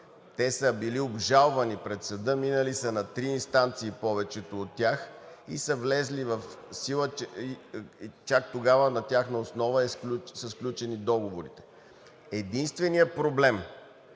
Те са били обжалвани пред съда, минали са на три инстанции повечето от тях и са влезли в сила, и чак тогава на тяхна основа са сключени договорите. Единственият проблем,